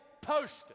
post